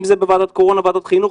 אם זה בוועדת הקורונה או בוועדת חינוך,